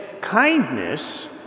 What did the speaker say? kindness